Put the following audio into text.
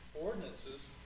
ordinances